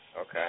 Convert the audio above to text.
Okay